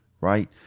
right